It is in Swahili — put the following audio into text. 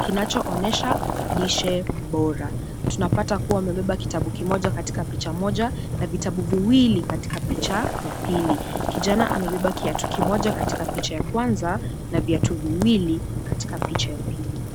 kinachoonyesha lishe bora. Tunapata kuwa amebeba kitabu kimoja katika picha moja na vitabu viwili katika picha ya pili. Kijana amebeba kiatu kimoja katika picha ya kwanza na viatu viwili katika picha ya pili.